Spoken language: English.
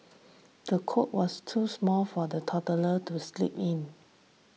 the cot was too small for the toddler to sleep in